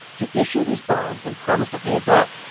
to issue these bonds and promise to pay it back.